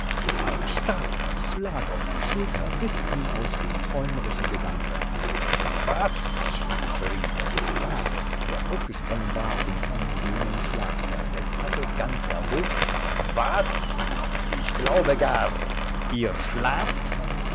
ein starker schlag auf die schulter riß ihn aus den träumerischen gedanken was schrie der abbate der aufgesprungen war und ihm jenen schlag versetzt hatte ganz erbost was ich glaube gar ihr schlaft